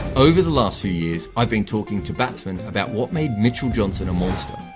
over the last few years, i've been talking to batsmen about what made mitchell johnson a monster.